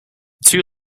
two